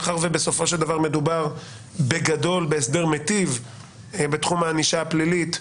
מאחר שבסופו של דבר מדובר בגדול בהסדר מיטיב בתחום הענישה הפלילית,